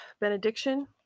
benediction